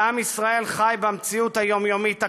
ועם ישראל חי במציאות היומיומית הקשה.